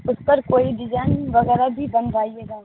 اس پر کوئی ڈیزائن وغیرہ بھی بنوائیے گا